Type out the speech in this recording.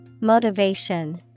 Motivation